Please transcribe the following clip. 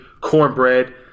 cornbread